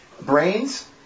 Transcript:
brains